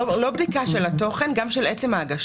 לא רק הבדיקה של התוכן, אלא גם של עצם ההגשה.